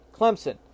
Clemson